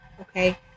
Okay